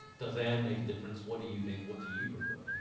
does air make a difference? what do you think, what do you prefer?